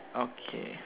okay